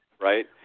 right